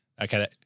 Okay